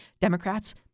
Democrats